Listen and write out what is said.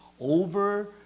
over